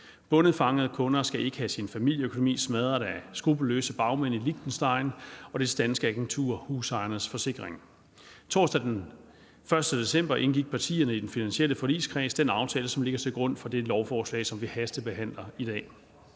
Bondefangede kunder skal ikke have deres familieøkonomi smadret af skruppelløse bagmænd i Liechtenstein og dets danske agentur, Husejernes Forsikring. Torsdag den 1. december indgik partierne i den finansielle forligskreds den aftale, som ligger til grund for det lovforslag, som vi hastebehandler i dag.